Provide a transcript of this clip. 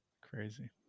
Crazy